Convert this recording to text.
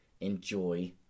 enjoy